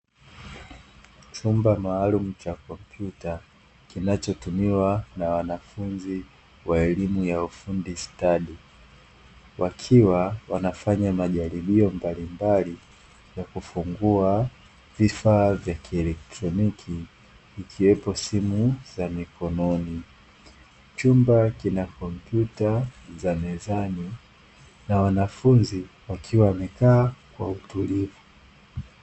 Chumba maalumu cha kompyuta, kinachotumiwa na wanafunzi wa elimu ya ufundi stadi, wakiwa wanafanya majaribio mbalimbali ya kufungua vifaa vya kielektroniki, ikiwepo simu za mikononi. Chumba kina kompyuta za mezani na wanafunzi wamekaa kwa utulivu.